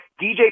DJ